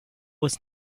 was